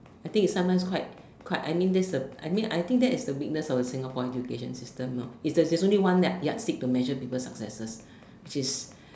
I think it's sometimes quite quite I mean that's the I mean I think that's the weakness of Singapore's education system know that there's only one yardstick to measure people's successes which is